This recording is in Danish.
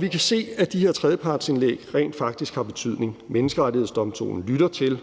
Vi kan se, at de her tredjepartsindlæg rent faktisk har betydning. Menneskerettighedsdomstolen lytter til